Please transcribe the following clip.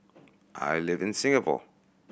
I live in Singapore